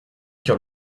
car